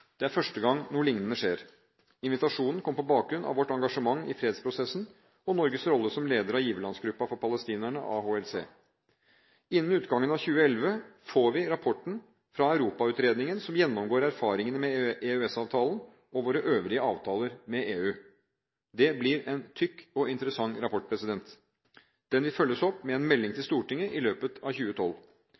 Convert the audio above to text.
Det er første gang noe lignende skjer. Invitasjonen kom på bakgrunn av vårt engasjement i fredsprosessen og Norges rolle som leder av giverlandsgruppen for palestinerne, AHLC. Innen utgangen av 2011 får vi rapporten fra Europautredningen, som gjennomgår erfaringene med EØS-avtalen og våre øvrige avtaler med EU. Det blir en tykk og interessant rapport. Den vil følges opp med en melding til Stortinget i løpet av 2012.